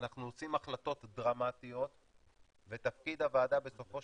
אנחנו עושים החלטות דרמטיות ותפקיד הוועדה בסופו